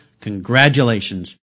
congratulations